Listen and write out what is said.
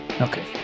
Okay